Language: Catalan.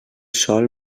sol